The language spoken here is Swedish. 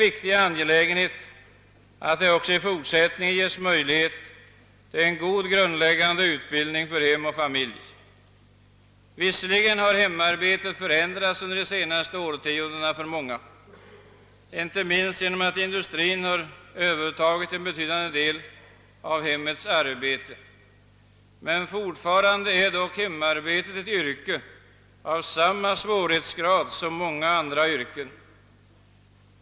Det är mycket viktigt att det också i fortsättningen finns möjlighet till en god grundläggande utbildning för arbetet inom hem och familj. Visserligen har hemarbetet förändrats för många under de senaste årtiondena, inte minst genom att industrin har övertagit en betydande del därav, men fortfarande är dock hemarbetet ett yrke av samma svårighetsgrad som många andra yrken.